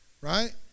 right